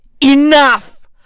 Enough